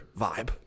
vibe